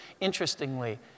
interestingly